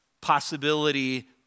possibility